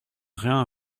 rien